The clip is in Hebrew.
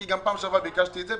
כי גם בפעם שעברה ביקשתי את זה,